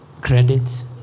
Credit